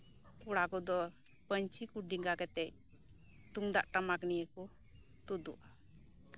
ᱠᱚᱲᱟ ᱠᱚᱫᱚ ᱯᱟᱸᱧᱪᱤᱠᱚ ᱰᱮᱸᱜᱟ ᱠᱮᱛᱮᱫ ᱛᱩᱢᱫᱟᱜ ᱴᱟᱢᱟᱠ ᱱᱤᱭᱮᱠᱚ ᱛᱳᱫᱳᱜᱼᱟ